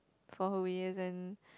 for who he isn't